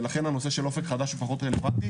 ולכן הנושא של אופק חדש הוא פחות רלוונטי,